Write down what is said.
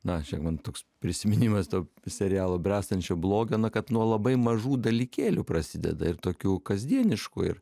na čia man toks prisiminimas to serialo bręstančio blogio na kad nuo labai mažų dalykėlių prasideda ir tokių kasdieniškų ir